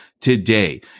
today